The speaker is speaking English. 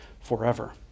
forever